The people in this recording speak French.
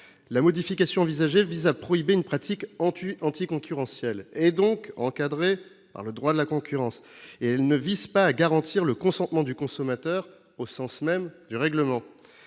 La modification envisagée vise à prohiber une pratique anticoncurrentielle. Elle est donc encadrée par le droit de la concurrence ; elle ne vise pas à garantir le consentement du consommateur au sens même du règlement.